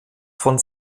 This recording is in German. von